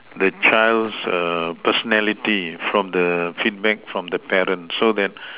the child's err personality from the feedback from the parent so that